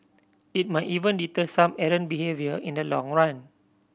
it might even deter some errant behaviour in the long run